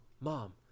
mom